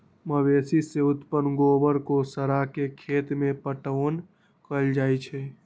मवेशी से उत्पन्न गोबर के सड़ा के खेत में पटाओन कएल जाइ छइ